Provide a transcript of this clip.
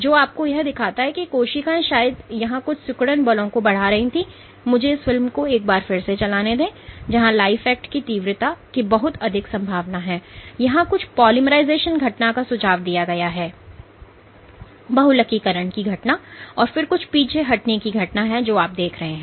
तो यह आपको दिखाता है कि कोशिकाएं शायद यहां कुछ सिकुड़ा बलों को बढ़ा रही थीं मुझे इस फिल्म को एक बार फिर से चलाने दें जहां लाइफ एक्ट की तीव्रता की बहुत अधिक संभावना है यहां कुछ पॉलिमराइजेशन घटना का सुझाव दिया गया है और फिर कुछ पीछे हटने की घटना है जो आप देखते हैं